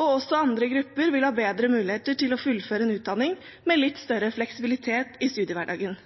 og også andre grupper vil ha bedre muligheter til å fullføre en utdanning med litt større fleksibilitet i studiehverdagen.